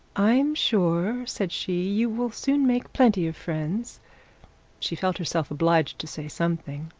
i'm sure said she, you will soon make plenty of friends she felt herself obliged to say something.